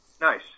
Nice